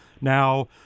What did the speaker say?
Now